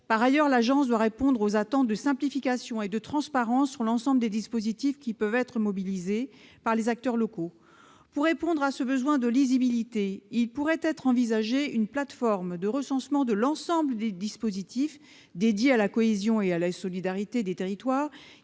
Par ailleurs, l'agence doit répondre aux attentes de simplification et de transparence sur l'ensemble des dispositifs qui peuvent être mobilisés par les acteurs locaux. Pour répondre à ce besoin de lisibilité, il pourrait être envisagé une plateforme de recensement de l'ensemble des dispositifs dédiés à la cohésion et à la solidarité des territoires,